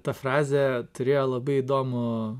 ta frazė turėjo labai įdomų